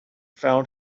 found